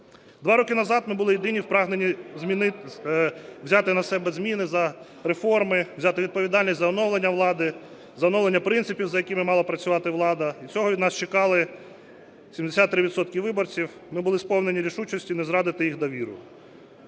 Два роки назад ми були єдині у прагненні взяти на себе зміни за реформи, взяти відповідальність за оновлення влади, за оновлення принципів, за якими мала працювати влада. Цього від нас чекали 73 відсотки виборців, ми були сповнені рішучості не зрадити їх довіру.